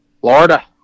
Florida